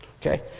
Okay